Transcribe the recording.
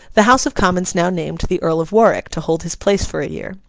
the house of commons now named the earl of warwick to hold his place for a year.